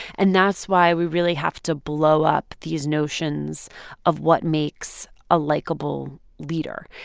and that's why we really have to blow up these notions of what makes a likeable leader.